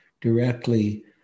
directly